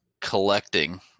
collecting